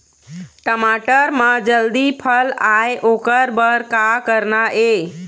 टमाटर म जल्दी फल आय ओकर बर का करना ये?